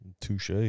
Touche